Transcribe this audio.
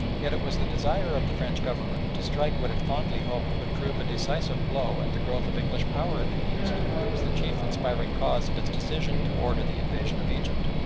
yet it was the desire of the french government to strike what it fondly hoped would prove a decisive blow at the growth of english power in the east, that was the chief inspiring cause of its decision to order the invasion of egypt.